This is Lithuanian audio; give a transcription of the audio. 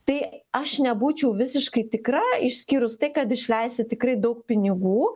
tai aš nebūčiau visiškai tikra išskyrus tai kad išleisi tikrai daug pinigų